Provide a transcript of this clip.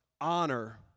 honor